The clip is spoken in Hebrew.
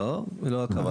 לא, זו לא הכוונה.